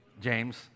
James